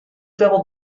devil